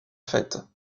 fête